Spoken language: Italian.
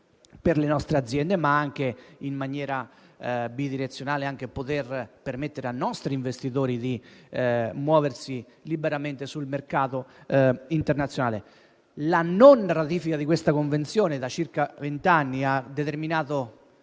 per le nostre aziende, ma anche, in maniera bidirezionale, per permettere ai nostri imprenditori di muoversi liberamente sul mercato internazionale. La mancata ratifica della Convenzione da circa vent'anni ha determinato